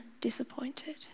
disappointed